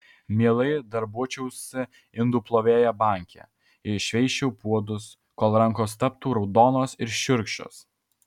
mielai darbuočiausi indų plovėja banke šveisčiau puodus kol rankos taptų raudonos ir šiurkščios